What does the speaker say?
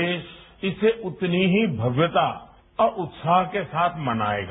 देश इसे उतनी ही भव्यताऔर उत्साह के साथ मनाएगा